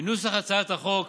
מנוסח הצעת החוק